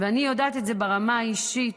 ואני יודעת את זה ברמה האישית,